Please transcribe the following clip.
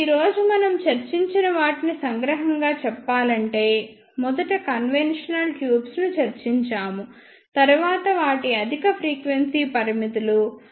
ఇప్పుడు ఈ రోజు మనం చర్చించిన వాటిని సంగ్రహంగా చెప్పాలంటే మొదట కన్వెన్షనల్ ట్యూబ్స్ ను చర్చించాము తరువాత వాటి అధిక ఫ్రీక్వెన్సీ పరిమితులు